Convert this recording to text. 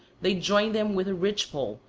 they joined them with a ridge-pole,